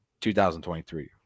2023